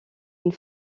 une